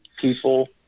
people